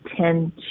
tend